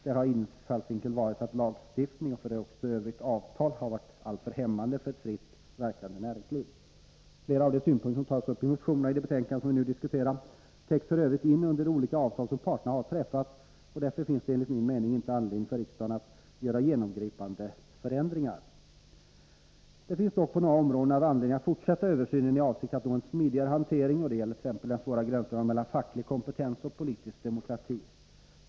Där har infallsvinkeln varit att lagstiftning och f. ö. också avtal varit alltför hämmande på ett fritt verkande näringsliv. Flera av de synpunkter som tas uppi de motioner som behandlas i detta betänkande täcks f. ö. in under de olika avtal som parterna träffat, och därför finns det enligt min mening inte anledning för riksdagen att göra genomgripande förändringar. Det finns dock på några områden anledning att fortsätta översynen i avsikt att nå en smidigare hantering, och det gäller t.ex. den svåra gränsdragningen mellan facklig kompetens och politisk demokrati.